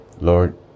Lord